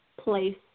place